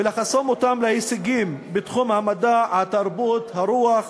ולחשוף אותם להישגים בתחום המדע, התרבות, הרוח,